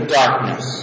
darkness